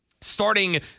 starting